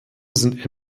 sind